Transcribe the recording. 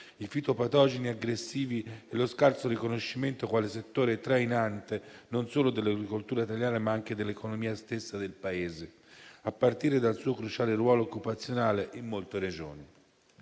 i fitopatogeni aggressivi e lo scarso riconoscimento di un settore che è trainante non solo per l'agricoltura italiana, ma anche per l'economia stessa del Paese, a partire dal suo cruciale ruolo occupazionale in molte Regioni.